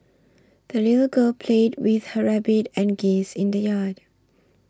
the little girl played with her rabbit and geese in the yard